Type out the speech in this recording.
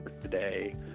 today